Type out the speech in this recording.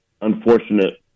unfortunate